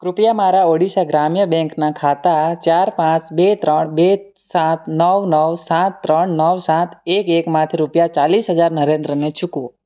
કૃપયા મારા ઓડીશા ગ્રામ્ય બેંકનાં ખાતા ચાર પાંચ બે ત્રણ બે સાત નવ નવ સાત ત્રણ નવ સાત એક એકમાંથી રૂપિયા ચાલીસ હજાર નરેન્દ્રને ચૂકવો